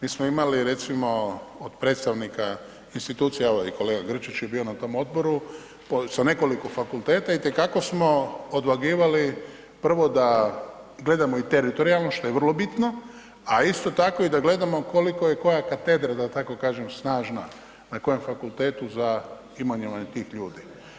Mi smo imali recimo od predstavnika institucija, evo i kolega Grčić je bio na tom odboru, sa nekoliko fakulteta, itekako smo odvagivali prvo da gledamo i teritorijalno što je vrlo bitno, a isto tako i da gledamo koliko je koja katedra da tako kažem snažna na kojem fakultetu za imenovanje tih ljudi.